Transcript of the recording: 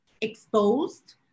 exposed